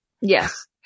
Yes